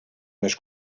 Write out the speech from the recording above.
més